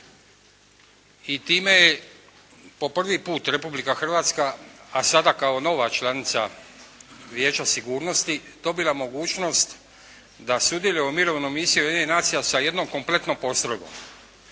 i time je po prvi put Republika Hrvatska a sada kao nova članica Vijeća sigurnosti dobila mogućnosti da sudjeluje u mirovnoj misiji Ujedinjenih nacija sa jednom kompletnom postrojbom.